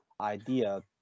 idea